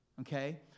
Okay